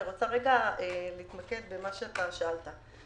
אני רוצה להתמקד במה שאתה שאלת.